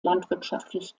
landwirtschaftlich